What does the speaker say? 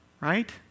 Right